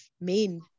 main